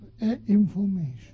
information